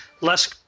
less